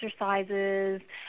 exercises